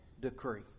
Decree